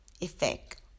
effect